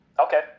Okay